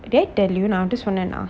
day tell you நா ஒன்ட சொன்னனா:na onta sonnana